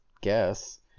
guess